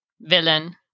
villain